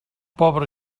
pobre